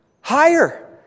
higher